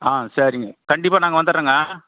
ஆ சரிங்க கண்டிப்பாக நாங்கள் வந்துடுறோங்க